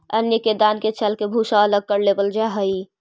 अन्न के दान के चालके भूसा अलग कर लेवल जा हइ